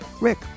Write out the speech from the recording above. Rick